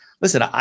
listen